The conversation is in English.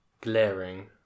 Glaring